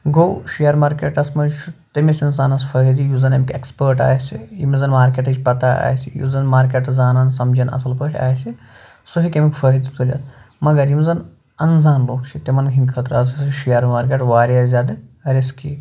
گوٚو شِیَر مارکٮ۪ٹَس منٛز چھُ تٔمِس اِنسانَس فٲہدٕ یُس زَن اَمیُک اٮ۪کٕسپٲٹ آسہِ ییٚمِس زَن مارکٮ۪ٹٕچ پَتَہ آسہِ یُس زَن مارکٮ۪ٹ زانان سَمجَن اَصٕل پٲٹھۍ آسہِ سُہ ہیٚکہِ اَمیُک فٲہدٕ تُلِتھ مگر یِم زَن اَنزان لُکھ چھِ تِمَن ہِنٛدۍ خٲطرٕ شِیَر مارکٮ۪ٹ واریاہ زیادٕ رِسکی